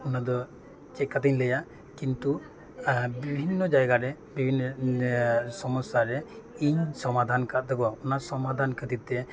ᱚᱱᱟ ᱫᱚ ᱪᱤᱠᱟᱹᱛᱤᱧ ᱞᱟᱹᱭᱟ ᱠᱤᱱᱛᱩ ᱵᱤᱵᱷᱤᱱᱱᱚ ᱡᱟᱭᱜᱟᱨᱮ ᱵᱤᱵᱷᱤᱱᱱᱚ ᱥᱚᱢᱚᱥᱥᱟᱨᱮ ᱤᱧ ᱥᱚᱢᱟᱫᱷᱟᱱ ᱟᱠᱟᱜ ᱛᱟᱠᱚᱣᱟ ᱚᱱᱟ ᱥᱚᱢᱟᱫᱷᱟᱱ ᱠᱷᱟᱹᱛᱤᱨ ᱛᱮ